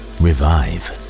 revive